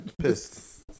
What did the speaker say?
Pissed